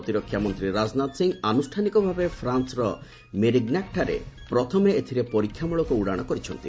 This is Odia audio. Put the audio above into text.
ପ୍ରତିରକ୍ଷାମନ୍ତ୍ରୀ ରାଜନାଥ ସିଂ ଆନୁଷ୍ଠାନିକ ଭାବେ ଫ୍ରାନ୍୍ରର ମେରିଗ୍ନାକ୍ଠାରେ ପ୍ରଥମେ ଏଥିରେ ପରୀକ୍ଷାମୂଳକ ଉଡ଼ାଣ କରିଛନ୍ତି